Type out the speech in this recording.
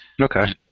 Okay